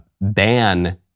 ban